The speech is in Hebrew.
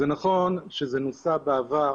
זה נכון שזה נוסה בעבר